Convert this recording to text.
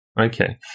okay